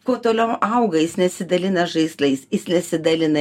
kuo toliau auga jis nesidalina žaislais jis nesidalina